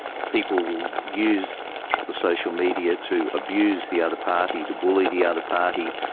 people will use the social media to abuse the other party, to bully the other party,